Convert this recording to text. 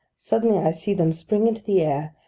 suddenly i see them spring into the air,